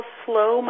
slow